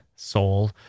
Soul